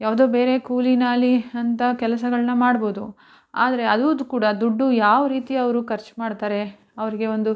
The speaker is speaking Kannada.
ಯಾವುದೋ ಬೇರೆ ಕೂಲಿ ನಾಲಿ ಅಂಥ ಕೆಲಸಗಳನ್ನು ಮಾಡ್ಬೋದು ಆದರೆ ಅದು ಕೂಡ ದುಡ್ಡು ಯಾವ ರೀತಿ ಅವರು ಖರ್ಚು ಮಾಡ್ತಾರೆ ಅವರಿಗೆ ಒಂದು